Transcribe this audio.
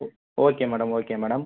ஒ okay madam okay madam